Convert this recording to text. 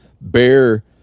bear